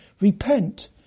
repent